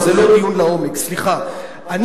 סליחה?